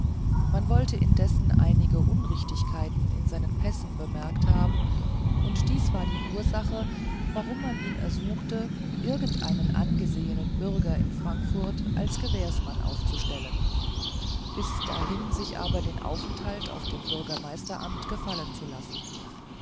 man wollte indessen einige unrichtigkeiten in seinen pässen bemerkt haben und dies war die ursache warum man ihn ersuchte irgendeinen angesessenen bürger in frankfurt als gewährsmann aufzustellen bis dahin sich aber den aufenthalt auf dem bürgermeisteramt gefallen zu lassen